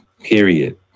period